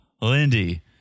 Lindy